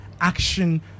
action